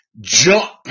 jump